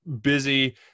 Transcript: busy